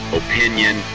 opinion